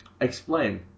Explain